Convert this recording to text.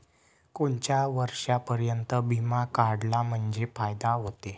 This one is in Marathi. कोनच्या वर्षापर्यंत बिमा काढला म्हंजे फायदा व्हते?